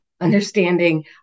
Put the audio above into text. understanding